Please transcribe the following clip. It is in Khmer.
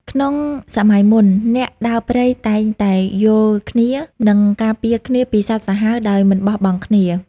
ក្នុងសម័យមុន អ្នកដើរព្រៃតែងតែយោងគ្នា និងការពារគ្នាពីសត្វសាហាវដោយមិនបោះបង់គ្នា។